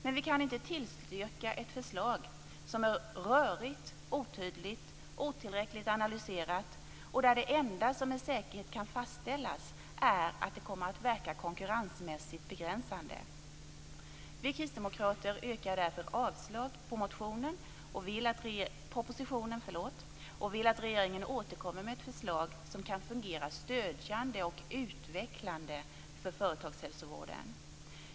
Men vi kan inte tillstyrka ett rörigt, otydligt och otillräckligt analyserat förslag och där det enda som med säkerhet kan fastställas är att det kommer att verka konkurrensmässigt begränsande. Vi kristdemokrater yrkar därför avslag på propositionen, och vi vill att regeringen återkommer med ett förslag som kan fungera stödjande och utvecklande för företagshälsovården.